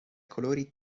colori